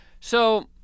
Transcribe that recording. So-